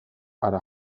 hara